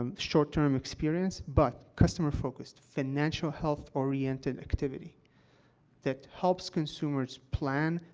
um short-term experience but customer-focused, financial health-oriented activity that helps consumers plan,